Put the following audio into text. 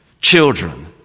Children